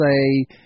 say